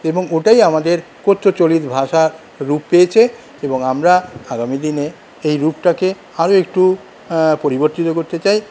এবং ওটাই আমাদের কথ্য চলিত ভাষার রূপ পেয়েছে এবং আমরা আগামীদিনে এই রূপটাকে আরও একটু আ পরিবর্তিত করতে চাই